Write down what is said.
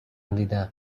دیدم